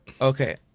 Okay